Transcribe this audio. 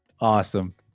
Awesome